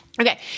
Okay